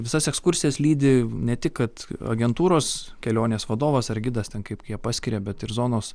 visas ekskursijas lydi ne tik kad agentūros kelionės vadovas ar gidas tad kaip jie paskiria bet ir zonos